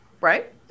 Right